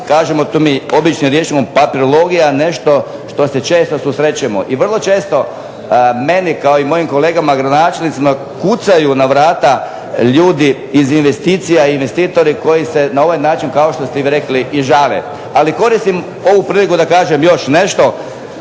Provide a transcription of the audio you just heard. kažemo to mi običnim rječnikom papirologija nešto što se često susrećemo. I vrlo često meni kao i mojim kolegama gradonačelnicima kucaju na vrata ljudi iz investicija i investitori koji se na ovaj način kao što ste vi rekli i žale. Ali, koristim ovu priliku da kažem još nešto,